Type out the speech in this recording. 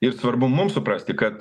ir svarbu mum suprasti kad